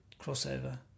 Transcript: crossover